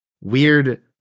weird